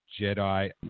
Jedi